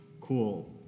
cool